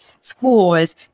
scores